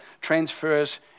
transfers